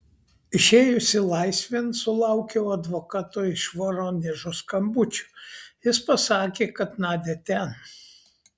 išėjusi laisvėn sulaukiau advokato iš voronežo skambučio jis pasakė kad nadia ten